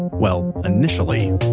well, initially